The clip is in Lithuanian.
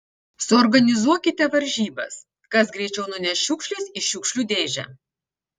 suorganizuokite varžybas kas greičiau nuneš šiukšles į šiukšlių dėžę